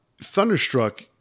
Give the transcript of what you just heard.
Thunderstruck